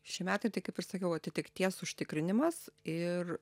šie metai tai kaip ir sakiau atitikties užtikrinimas ir